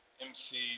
MC